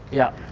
yeah.